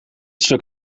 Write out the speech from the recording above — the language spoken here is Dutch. stuk